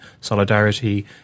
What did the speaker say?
Solidarity